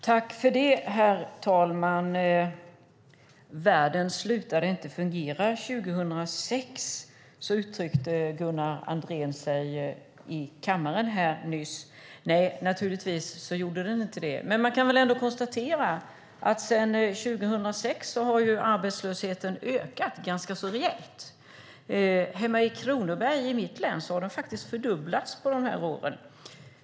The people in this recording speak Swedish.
Herr talman! Världen slutade inte fungera 2006. Så uttryckte sig Gunnar Andrén här alldeles nyss. Nej, naturligtvis gjorde den inte det, men man kan väl ändå konstatera att sedan 2006 har arbetslösheten ökat ganska rejält. Hemma i mitt län Kronoberg har den faktiskt fördubblats på de här åren.